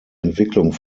entwicklung